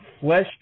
Flesh